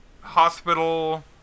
hospital